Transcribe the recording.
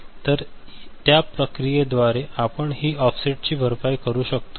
तर त्या प्रक्रियेद्वारे आपण ही ऑफसेट एरर ची भरपाई करू शकतो